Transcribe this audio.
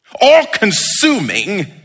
all-consuming